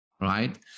right